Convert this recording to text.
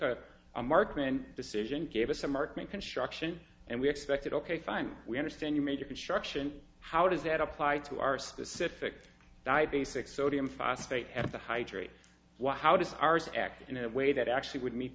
a marker and decision gave us some arcane construction and we expected ok fine we understand you major construction how does that apply to our specific diet basic sodium phosphate have to hydrate what how does ours act in a way that actually would meet